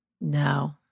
No